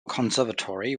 conservatory